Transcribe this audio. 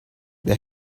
they